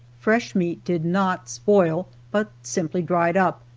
fresh meat did not spoil but simply dried up,